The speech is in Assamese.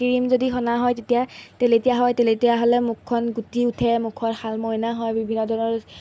ক্ৰীম যদি সনা হয় তেতিয়া তেলেতীয়া হয় তেলেতীয়া হ'লে মুখখন গুটি উঠে মুখত শালমইনা হয় বিভিন্ন ধৰণৰ